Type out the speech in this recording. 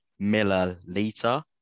milliliter